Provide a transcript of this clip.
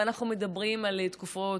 אנחנו מדברים על תקופות